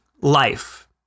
life